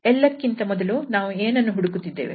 ಎಲ್ಲಕ್ಕಿಂತ ಮೊದಲು ನಾವು ಏನನ್ನು ಹುಡುಕುತ್ತಿದ್ದೇವೆ